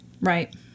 Right